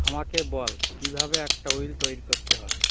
আমাকে বল কীভাবে একটা উইল তৈরি করতে হয়